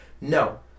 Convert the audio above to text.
No